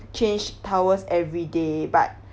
change towels everyday but